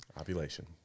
Ovulation